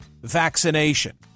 vaccination